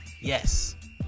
Yes